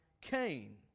Cain